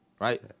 right